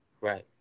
Right